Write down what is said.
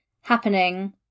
happening